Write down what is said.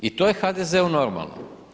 I to je HDZ-u normalno.